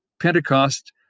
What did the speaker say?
Pentecost